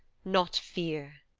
not fear.